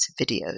videos